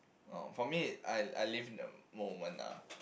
oh for me I I live in the moment lah